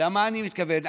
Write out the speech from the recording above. למה אני מתכוון?